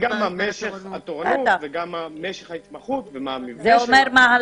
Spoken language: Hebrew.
וגם מה משך התורנות ומה המבנה שלה.